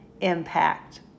impact